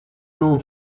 non